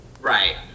Right